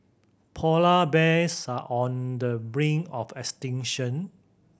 polar bears are on the brink of extinction